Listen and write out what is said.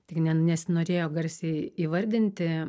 tik ne nesinorėjo garsiai įvardinti